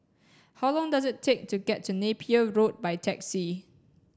how long does it take to get to Napier Road by taxi